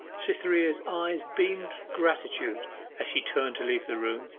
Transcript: cytherea's eyes beamed gratitude as she turned to leave the room,